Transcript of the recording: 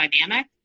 dynamic